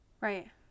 Right